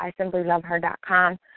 ISimplyLoveHer.com